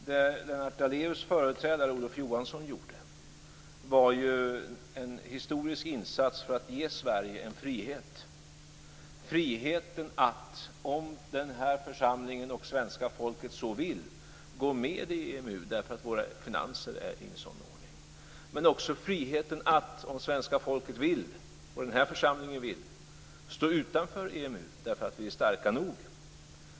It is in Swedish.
Det som Lennart Daléus företrädare Olof Johansson gjorde var en historisk insats för att ge Sverige friheten att, om den här församlingen och svenska folket så vill, gå med i EMU därför att våra finanser är i en sådan ordning, men också friheten att, om svenska folket och den här församlingen vill det, stå utanför EMU därför att vi är starka nog.